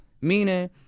Meaning